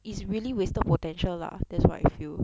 it's really wasted potential lah that's what I feel